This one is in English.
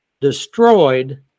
destroyed